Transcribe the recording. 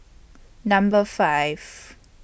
Number five